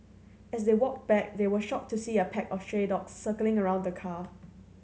as they walked back they were shocked to see a pack of stray dogs circling around the car